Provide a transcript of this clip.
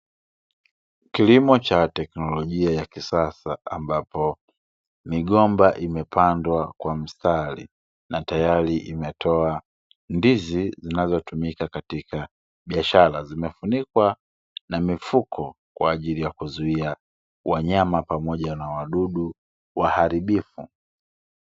Kilimo cha teknolijia ya kisasa ambapo migomba imepandwa kwa mstari na tayari imetoa ndizi zinazotumika katika biashara, zimefunikwa na mifuko kwa ajili ya kuzuia wanyama pamoja na wadudu waharibifu.